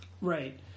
right